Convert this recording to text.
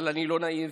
אבל אני לא נאיבי.